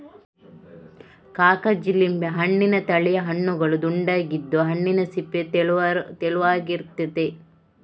ಕಾಗಜಿ ಲಿಂಬೆ ಹಣ್ಣಿನ ತಳಿಯ ಹಣ್ಣುಗಳು ದುಂಡಗಿದ್ದು, ಹಣ್ಣಿನ ಸಿಪ್ಪೆ ತೆಳುವಾಗಿರ್ತದೆ